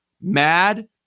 mad